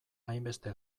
hainbeste